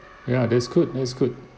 ya that's good that's good